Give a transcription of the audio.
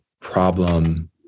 problem